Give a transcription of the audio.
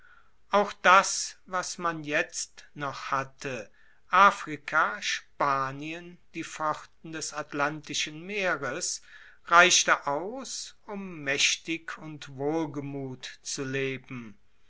auch das was man jetzt noch hatte afrika spanien die pforten des atlantischen meeres reichte aus um maechtig und wohlgemut zu leben